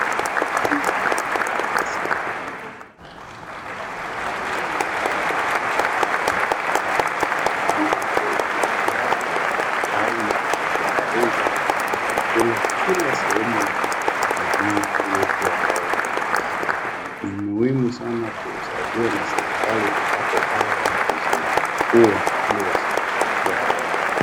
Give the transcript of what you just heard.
Vidudu hizi ni hatari sana kwa mimea na vitu kama mboga na mahindi. Wanakula na kuwacha tawi wakimaliza na kukula kila sehemu ya mimea yetu ambayo tunapanda. Ni muhimu sana tusaidiwe na serikali tupate dawa ya kuziua ili wasitusumbue tena.